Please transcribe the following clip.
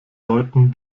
leuten